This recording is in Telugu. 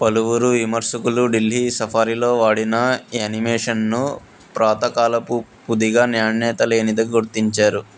పలువురు విమర్శకులు ఢిల్లీ సఫారీలో వాడిన యానిమేషన్ను ప్రాతకాలపుదిగా నాణ్యత లేనిదిగా గుర్తించారు